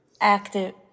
Active